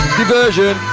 diversion